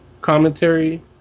commentary